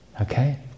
Okay